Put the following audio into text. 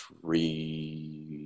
three